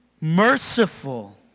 merciful